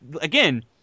again